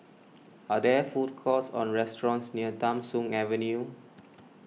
are there food courts or restaurants near Tham Soong Avenue